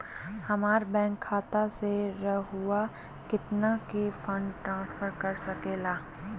हमरा बैंक खाता से रहुआ कितना का फंड ट्रांसफर कर सके ला?